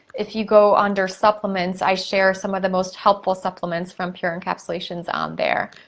if you go under supplements, i share some of the most helpful supplements from pure encapsulations on there.